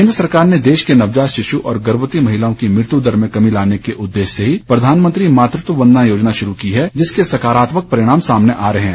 केन्द्र सरकार ने देश में नवजात शिशु और गर्मवती महिलाओं की मृत्यु दर में कमी लाने के उददेश्य से ही प्रधामनंत्री मातृत्व वंदना योजना शुरू की है जिसके सकारात्मक परिणाम सामने आ रहे हैं